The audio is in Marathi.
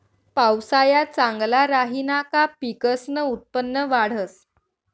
पावसाया चांगला राहिना का पिकसनं उत्पन्न वाढंस